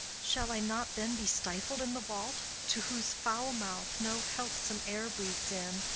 shall i not then be stifled in the vault, to whose foul mouth no healthsome air breathes in,